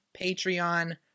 Patreon